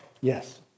Yes